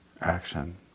action